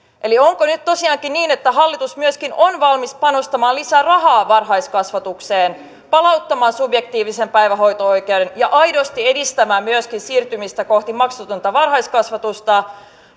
eli onko nyt tosiaankin niin että hallitus myöskin on valmis panostamaan lisää rahaa varhaiskasvatukseen palauttamaan subjektiivisen päivähoito oikeuden ja aidosti edistämään myöskin siirtymistä kohti maksutonta varhaiskasvatusta